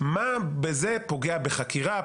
מה בזה פוגע בחקירה,